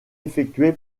effectué